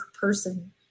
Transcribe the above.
person